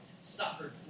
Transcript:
suffered